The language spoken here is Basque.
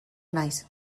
naiz